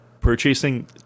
purchasing